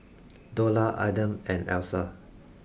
dollar Adam and Alyssa